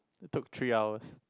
took three hours